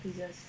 pieces